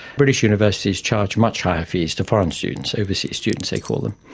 british universities charge much higher fees to foreign students, overseas students they call them.